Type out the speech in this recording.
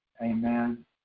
Amen